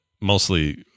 Mostly